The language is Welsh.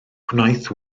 gwnaeth